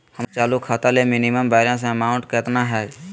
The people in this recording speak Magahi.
हमर चालू खाता ला मिनिमम बैलेंस अमाउंट केतना हइ?